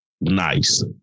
nice